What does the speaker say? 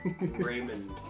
Raymond